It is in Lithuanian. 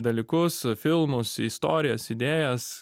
dalykus filmus istorijas idėjas